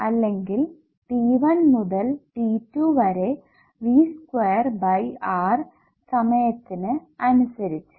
അല്ലെങ്കിൽ t 1 മുതൽ t 2 V വരെ സ്ക്വയർ ബൈ R സമയത്തിന് അനുസരിച്ചു